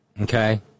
Okay